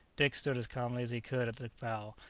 dick stood as calmly as he could at the bow,